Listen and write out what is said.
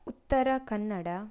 Uttara Kannada